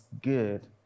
good